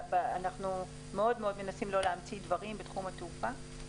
אנחנו מאוד מנסים לא להמציא דברים בתחום התעופה.